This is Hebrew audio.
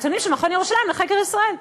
הנתונים של מכון ירושלים לחקר ישראל.